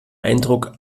eindruck